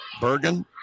Bergen